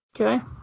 Okay